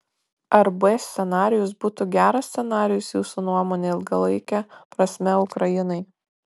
ar b scenarijus būtų geras scenarijus jūsų nuomone ilgalaike prasme ukrainai